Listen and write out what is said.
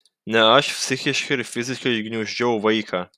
ne aš psichiškai ir fiziškai gniuždžiau vaiką